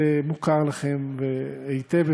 זה מוכר לכם היטב,